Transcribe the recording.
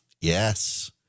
Yes